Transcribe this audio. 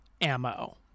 ammo